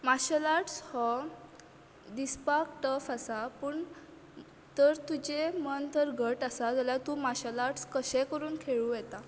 martial arts हो दिसपाक tough आसा पूण तर तुजें मन तर घट आसा जाल्यार तूं मार्शेल आर्टस कशें करून खेळूं येता